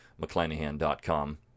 mcclanahan.com